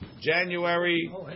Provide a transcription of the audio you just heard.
January